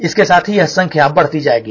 इसके साथ ही यह संख्यां बढ़ती जाएगी